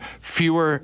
fewer